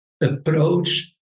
approach